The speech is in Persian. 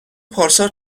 پارسال